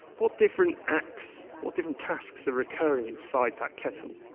what different acts, what different tasks are recurring inside that kettle?